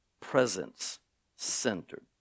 Presence-centered